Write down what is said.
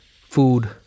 food